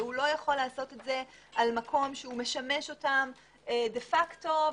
ולא יכול לעשות את זה על משום שמשמש אותם דה פקטו,